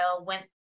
went